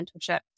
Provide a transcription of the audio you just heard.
mentorship